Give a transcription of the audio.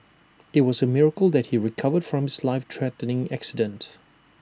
IT was A miracle that he recovered from his life threatening accident